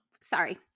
sorry